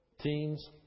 teens